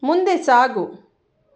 ಮುಂದೆ ಸಾಗು